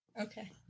Okay